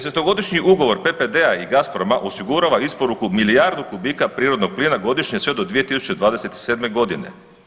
Desetogodišnji ugovor PPD-a i Gazproma osigurava isporuku milijardu kubika prirodnog plina godišnje sve do 2027. godine.